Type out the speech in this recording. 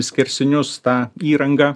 skersinius tą įrangą